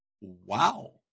Wow